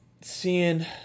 seeing